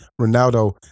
Ronaldo